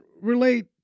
relate